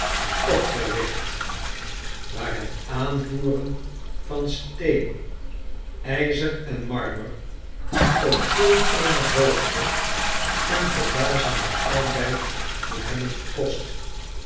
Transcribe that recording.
opgericht waar het aanvoeren van steen ijzer en manner op zulk eene hoogte een verbazenden arbeid moet hebben gekost